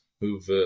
Who've